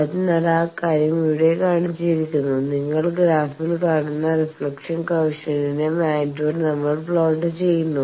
അതിനാൽ ആ കാര്യം ഇവിടെ കാണിച്ചിരിക്കുന്നു നിങ്ങൾ ഗ്രാഫിൽ കാണുന്ന റിഫ്ലക്ഷൻ കോയെഫിഷ്യന്റിന്റെ മാഗ്നിറ്റ്യൂഡ് നമ്മൾ പ്ലോട്ട് ചെയ്യുന്നു